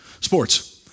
sports